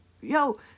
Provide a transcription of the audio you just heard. yo